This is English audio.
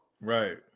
right